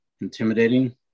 intimidating